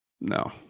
No